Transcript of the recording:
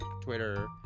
Twitter